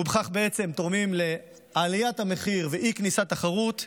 ובכך הם תורמים לעליית המחיר ואי-כניסת תחרות.